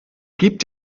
gibt